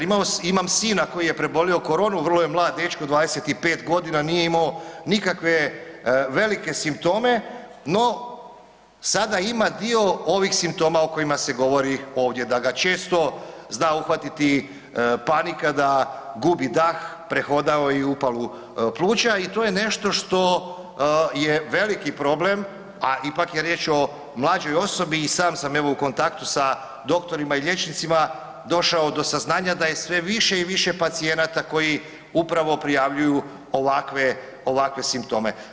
Imam sina koji je prebolio koronu, vrlo je mlad dečko 25 godina, nije imao nikakve velike simptome no sada ima dio ovih simptoma o kojima se govori ovdje da ga često zna uhvatiti panika, da gubi dah, prehodao je i upalu pluća i to je nešto što je veliki problem a ipak je riječ o mlađoj osobi i sam sam evo u kontaktu sa doktorima i liječnicima došao do saznanja da je sve više i više pacijenata koji upravo prijavljuju ovakve simptome.